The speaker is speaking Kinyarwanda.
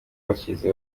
bakize